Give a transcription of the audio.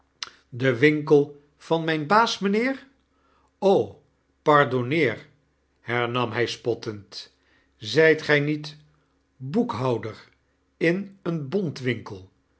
de winkel van myn baas mijnheer w o pardonneer hernam hij spottend zijt gij niet boekhouder in een bontwinkel